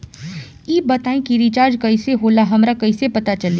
ई बताई कि रिचार्ज कइसे होला हमरा कइसे पता चली?